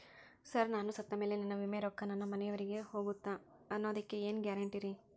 Sir ನಾನು ಸತ್ತಮೇಲೆ ನನ್ನ ವಿಮೆ ರೊಕ್ಕಾ ನನ್ನ ಮನೆಯವರಿಗಿ ಹೋಗುತ್ತಾ ಅನ್ನೊದಕ್ಕೆ ಏನ್ ಗ್ಯಾರಂಟಿ ರೇ?